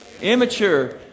Immature